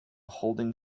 holding